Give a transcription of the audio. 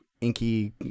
inky